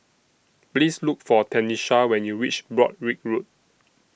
Please Look For Tenisha when YOU REACH Broadrick Road